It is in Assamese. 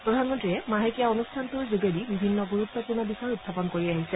প্ৰধানমন্ত্ৰীয়ে মাহেকীয়া অনুষ্ঠানটোৰ যোগেদি বিভিন্ন গুৰুত্বপূৰ্ণ বিষয় উখাপন কৰি আহিছে